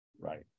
Right